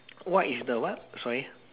what is the what uh sorry